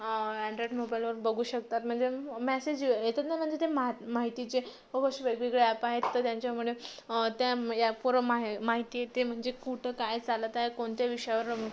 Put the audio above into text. Android मोबाइलवर बघू शकतात म्हणजे मेसेज येतात ना म्हणजे ते माहि माहितीचे असे वेगवेगळे ॲप आहेत तर त्यांच्यामुळे त्या ह्या फोरम आहे माहिती आहे ते म्हणजे कुठं काय चालत आहे कोणत्या विषयावर